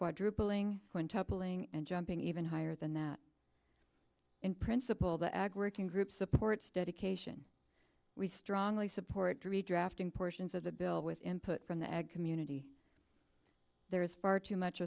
quadrupling quintupling and jumping even higher than that in principle the ag working group supports dedication we strongly support drafting portions of the bill with input from the ag community there is far too much